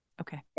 okay